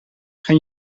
gaan